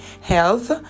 health